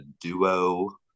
duo